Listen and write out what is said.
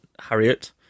Harriet